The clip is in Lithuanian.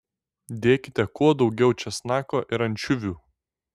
dėkite kuo daugiau česnako ir ančiuvių